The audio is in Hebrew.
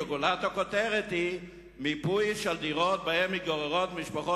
וגולת הכותרת היא מיפוי של דירות שבהן מתגוררות משפחות